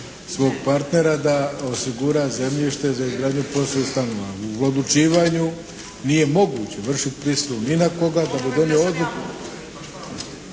svog partnera da osigura zemljište za izgradnju POS-ovih stanova. U odlučivanju nije moguće vršit prisili ni na koga… …/Upadica